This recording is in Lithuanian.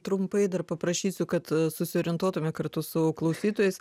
trumpai dar paprašysiu kad susiorientuotume kartu su klausytojais